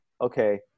okay